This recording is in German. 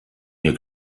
mir